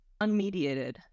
unmediated